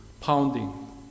pounding